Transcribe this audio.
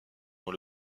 dans